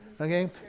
Okay